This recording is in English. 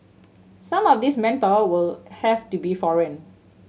some of this manpower will have to be foreign